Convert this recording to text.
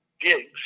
gigs